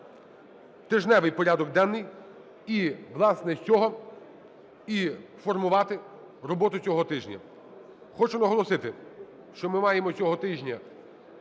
тижневий порядок денний і, власне, з цього і формувати роботу цього тижня. Хочу наголосити, що ми маємо цього тижня